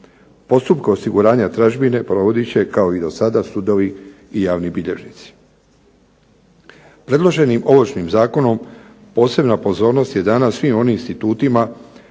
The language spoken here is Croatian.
Postupke osiguranja tražbine provodit će kao i dosada sudovi i javni bilježnici. Predloženim Ovršnim zakonom posebna pozornost je dana svim onim institutima